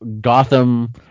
Gotham